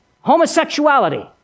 Homosexuality